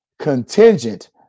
contingent